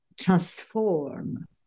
transform